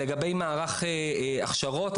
לגבי מערך הכשרות,